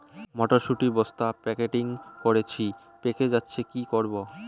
মটর শুটি বস্তা প্যাকেটিং করেছি পেকে যাচ্ছে কি করব?